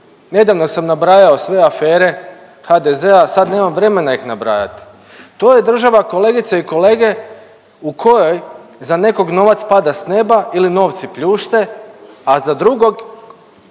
Nedavno sam nabrajao sve afere HDZ-a, a sad nemam vremena ih nabrajati. To je država kolegice i kolege u kojoj za nekog novac pada s nema ili novci pljušte, a za drugog